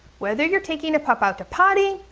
whether you're taking pup out to potty,